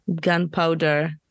gunpowder